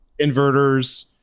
inverters